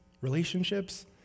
relationships